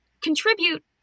contribute